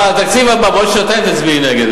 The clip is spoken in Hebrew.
בתקציב הבא, בעוד שנתיים, תצביעי נגד.